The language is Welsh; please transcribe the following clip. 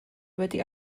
wedi